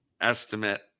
estimate